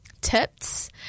tips